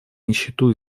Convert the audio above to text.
нищету